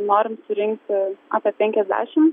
norim surinkti apie penkiasdešim